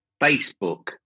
Facebook